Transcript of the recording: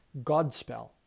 Godspell